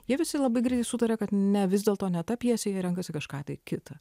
jie visi labai greitai sutarė kad ne vis dėlto ne ta pjesė renkasi kažką tai kita